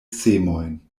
semojn